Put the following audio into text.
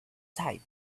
type